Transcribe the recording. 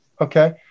Okay